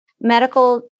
medical